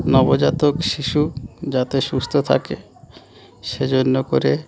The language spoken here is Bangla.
নবজাতক শিশু যাতে সুস্থ থাকে সেজন্য করে